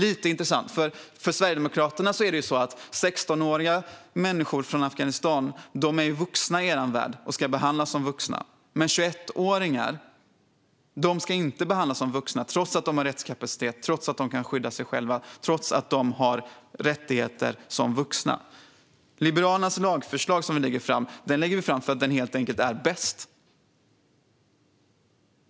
I Sverigedemokraternas värld är 16-åriga afghaner vuxna och ska behandlas som vuxna. Men 21-åringar ska inte behandlas som vuxna trots att de har rättskapacitet, trots att de kan skydda sig själva och trots att de har rättigheter som vuxna. Liberalerna lägger fram sitt lagförslag för att det är det bästa.